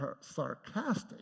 sarcastic